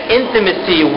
intimacy